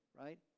Right